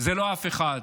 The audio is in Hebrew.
זה לא אף אחד,